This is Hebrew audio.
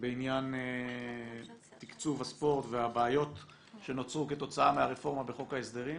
בעניין תקצוב הספורט והבעיות שנוצרו כתוצאה מהרפורמה בחוק ההסדרים,